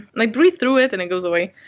i breathe through it and it goes away.